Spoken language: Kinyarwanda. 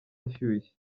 ashyushye